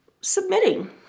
submitting